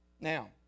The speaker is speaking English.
Now